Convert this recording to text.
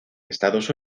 estados